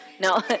No